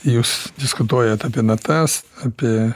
jūs diskutuojat apie natas apie